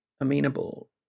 amenable